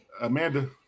Amanda